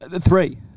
Three